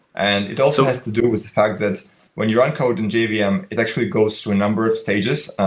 and it also has to do with the fact that when you run code in jvm, yeah um it actually goes to a number of stages.